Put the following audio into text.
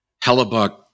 Hellebuck